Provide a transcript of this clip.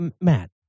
Matt